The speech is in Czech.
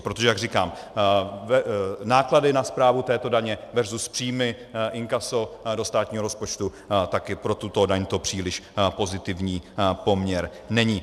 Protože jak říkám, náklady na správu této daně versus příjmy, inkaso do státního rozpočtu také pro tuto daň to příliš pozitivní poměr není.